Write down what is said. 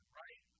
right